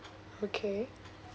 okay